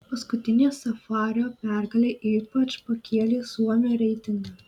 paskutinė safario pergalė ypač pakėlė suomio reitingą